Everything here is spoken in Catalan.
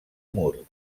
mur